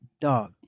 dog